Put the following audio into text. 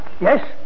Yes